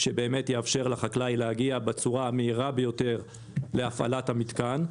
שיאפשר לחקלאי להגיע בצורה המהירה ביותר להפעלת המתקן,